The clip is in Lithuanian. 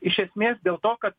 iš esmės dėl to kad